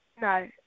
no